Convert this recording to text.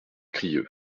crieu